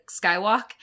Skywalk